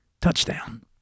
Touchdown